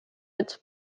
its